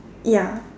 ya